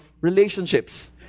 relationships